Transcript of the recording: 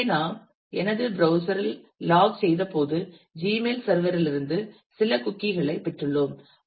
எனவே நாம் எனது ப்ரௌஸ்சர் இல் லாக் செய்தபோது ஜிமெயில் சர்வர் லிருந்து சில குக்கீகளைப் பெற்றுள்ளோம்